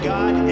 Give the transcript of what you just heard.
God